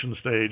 stage